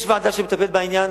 יש ועדה שמטפלת בעניין.